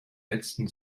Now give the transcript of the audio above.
letzten